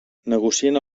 negocien